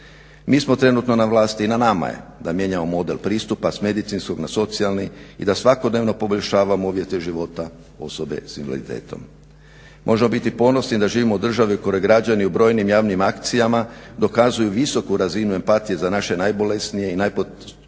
Mi smo trenutno na vlasti i na nama je da mijenjamo model pristupa s medicinskog na socijalni i da svakodnevno poboljšavamo uvjete života osobe s invaliditetom. Možemo biti ponosni da živimo u državi koji građeni u brojnim javnim akcijama dokazuju visoku razinu empatije za naše najbolesnije i najpotrebitije